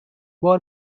بار